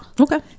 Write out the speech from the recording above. Okay